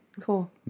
Cool